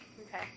Okay